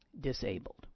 disabled